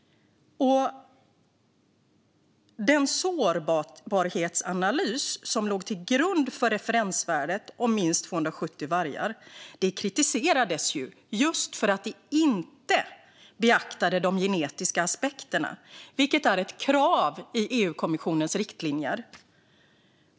Den sårbarhetsanalys som låg till grund för referensvärdet om minst 270 vargar kritiserades just för att det inte beaktade de genetiska aspekterna, vilket är ett krav i EU-kommissionens riktlinjer.